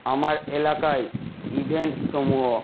আমার এলাকায় ইভেন্ট সমূহ